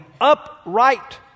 upright